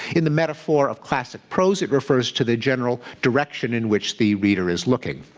in the metaphor of classic prose, it refers to the general direction in which the reader is looking.